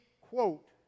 quote